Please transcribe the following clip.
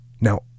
now